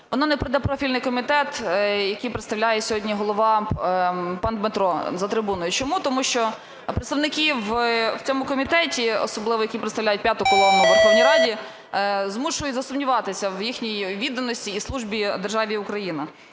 воно не пройде профільний комітет, який представляє сьогодні голова пан Дмитро за трибуною. Чому? Тому що представники в цьому комітеті, особливо які представляють "п'яту колону" у Верховній Раді, змушують засумніватися в їхній відданості і службі державі Україна.